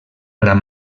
gran